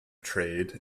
trade